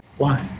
why?